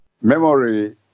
Memory